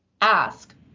ask